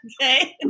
Okay